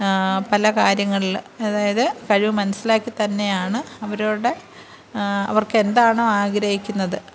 പല കാര്യങ്ങളിൽ അതായത് കഴിവ് മനസ്സിലാക്കി തന്നെയാണ് അവരോട് അവര്ക്ക് എന്താണോ ആഗ്രഹിക്കുന്നത്